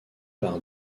par